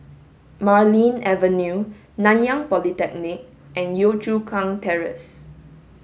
Marlene Avenue Nanyang Polytechnic and Yio Chu Kang Terrace